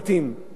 חסרי כול,